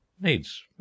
Needs